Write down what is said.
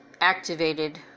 activated